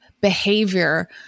behavior